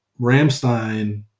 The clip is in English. Ramstein